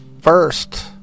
first